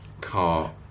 car